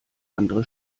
andere